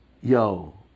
Yo